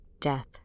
death